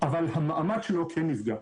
אבל המעמד שלו כן נפגע.